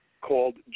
called